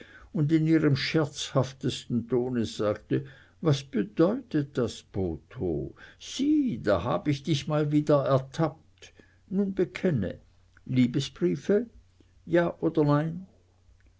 und in ihrem scherzhaftesten tone sagte was bedeutet das botho sieh da hab ich dich mal wieder ertappt nun bekenne liebesbriefe ja oder nein